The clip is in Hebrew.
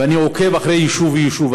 ואני עוקב אחרי כל יישוב ויישוב,